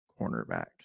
cornerbacks